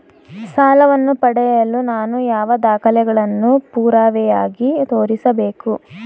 ಸಾಲವನ್ನು ಪಡೆಯಲು ನಾನು ಯಾವ ದಾಖಲೆಗಳನ್ನು ಪುರಾವೆಯಾಗಿ ತೋರಿಸಬೇಕು?